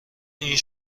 این